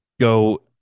go